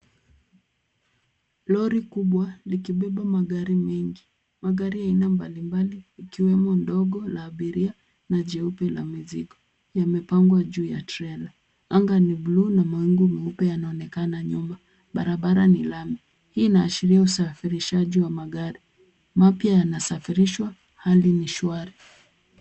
Lori kubwa likibeba magari mengi, magari ya aina mbalimbali ikiwemo ndogo, la abiria, na jeupe, la mizigo, yamepangwa juu ya trela. Anga ni bluu, na mawingu meupe yanaonekana nyuma. Barabara ni lami, hii inaashiria usafirishaji wa magari, mapya yanasafirishwa, hali ni shwari.